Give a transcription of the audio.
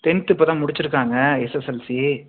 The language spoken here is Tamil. டென்த் இப்போ தான் முடிச்சிருக்காங்க எஸ்எஸ்எல்சி